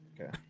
Okay